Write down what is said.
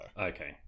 okay